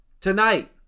Tonight